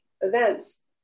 events